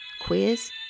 queers